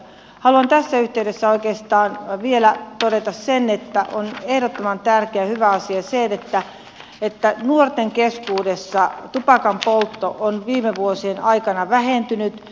haluan tässä yhteydessä oikeastaan vielä todeta sen että on ehdottoman tärkeä ja hyvä asia se että nuorten keskuudessa tupakanpoltto on viime vuosien aikana vähentynyt